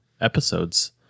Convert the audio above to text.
episodes